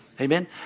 Amen